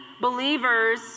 believers